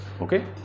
okay